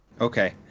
Okay